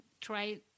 try